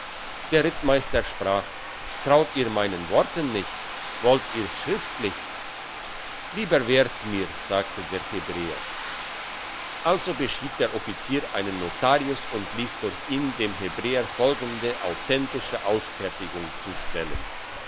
der rittmeister sprach traut ihr meinen worten nicht wollt ihr's schriftlich lieber wär's mir sagte der hebräer also beschied der offizier einen notarius und liess durch ihn dem hebräer folgende authentische ausfertigung zustellen